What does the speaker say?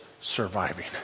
surviving